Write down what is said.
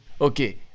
Okay